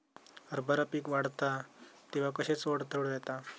हरभरा पीक वाढता तेव्हा कश्याचो अडथलो येता?